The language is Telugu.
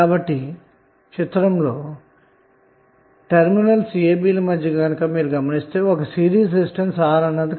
కాబట్టి మీరు టెర్మినల్స్ a b ల మధ్యన గమనిస్తే ఒక సిరీస్ రెసిస్టెన్స్ R ఉంది